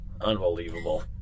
Unbelievable